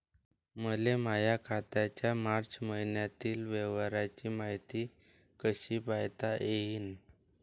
मले माया खात्याच्या मार्च मईन्यातील व्यवहाराची मायती कशी पायता येईन?